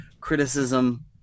criticism